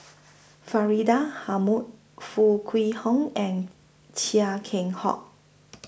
Faridah Foo Kwee Horng and Chia Keng Hock